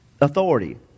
authority